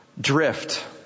drift